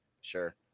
Sure